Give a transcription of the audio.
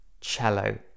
cello